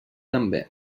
també